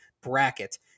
bracket